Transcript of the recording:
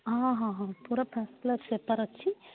ହଁ ହଁ ହଁ ପୁରା ଫାଷ୍ଟ୍ କ୍ଲାସ୍ ପେପର୍ ଅଛି